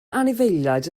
anifeiliaid